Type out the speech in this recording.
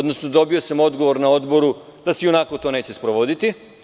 Dobio sam odgovor na Odboru da se to i onako neće sprovoditi.